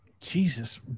Jesus